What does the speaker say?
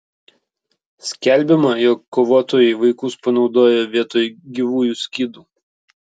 skelbiama jog kovotojai vaikus panaudoja vietoj gyvųjų skydų